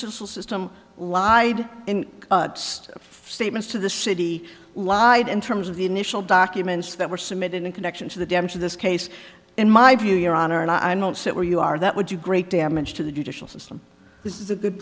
social system lied and statements to the city lied in terms of the initial documents that were submitted in connection to the damage of this case in my view your honor and i am not sit where you are that would you great damage to the judicial system this is a good